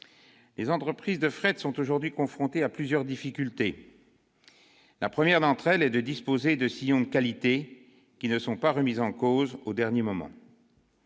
Les entreprises de fret sont aujourd'hui confrontées à plusieurs difficultés. Tout d'abord, elles doivent disposer de sillons de qualité qui ne soient pas remis en cause au dernier moment.